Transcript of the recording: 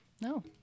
No